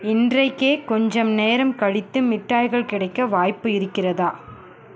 இன்றைக்கே கொஞ்சம் நேரம் கழித்து மிட்டாய்கள் கிடைக்க வாய்ப்பு இருக்கிறதா